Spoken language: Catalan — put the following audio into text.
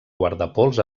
guardapols